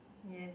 yes